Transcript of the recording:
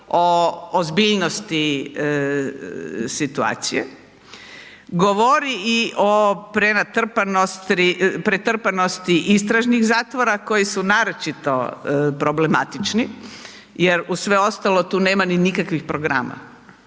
o ozbiljnosti situacije, govori o pretrpanosti istražnih zatvora koji su naročito problematični jer uz sve ostalo tu nema ni nikakvih programa.